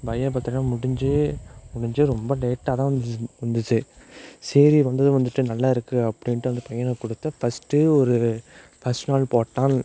பையன் பர்த்டேலாம் முடிஞ்சு முடிஞ்சு ரொம்ப லேட்டாக தான் வந்துச்சே சரி வந்தது வந்துட்டு நல்லா இருக்குது அப்படின்ட்டு வந்து பையனுக்கு கொடுத்து பஸ்ட்டு ஒரு பஸ்ட் நாள் போட்டான்